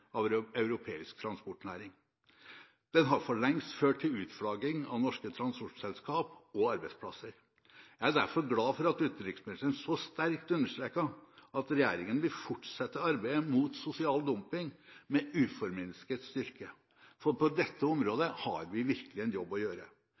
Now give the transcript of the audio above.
av europeisk transportnæring. Den har for lengst ført til utflagging av norske transportselskap og arbeidsplasser. Jeg er derfor glad for at utenriksministeren så sterkt understreket at regjeringen vil fortsette arbeidet mot sosial dumping med uforminsket styrke, for på dette området